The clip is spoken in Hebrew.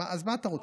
אז מה אתה רוצה?